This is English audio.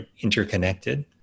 interconnected